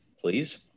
please